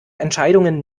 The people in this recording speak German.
entscheidungen